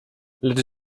lecz